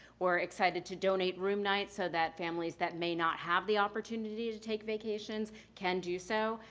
we're excited to donate room nights so that families that may not have the opportunity to take vacations can do so.